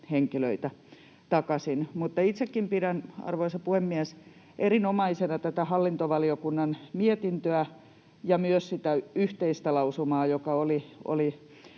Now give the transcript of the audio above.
henkilöitä takaisin. Mutta itsekin pidän, arvoisa puhemies, erinomaisena tätä hallintovaliokunnan mietintöä ja myös sitä yhteistä lausumaa, joka oli